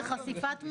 זה חשיפת מידע.